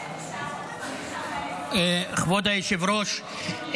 כבוד היושב-ראש,